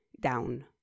down